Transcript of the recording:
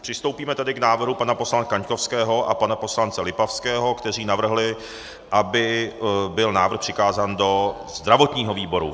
Přistoupíme tedy k návrhu pana poslance Kaňkovského a pana poslance Lipavského, kteří navrhli, aby byl návrh přikázán do zdravotního výboru.